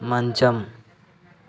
మంచం